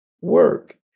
work